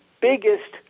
biggest